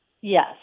Yes